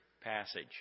passage